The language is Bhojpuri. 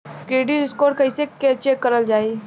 क्रेडीट स्कोर कइसे चेक करल जायी?